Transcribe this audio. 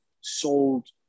sold